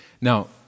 Now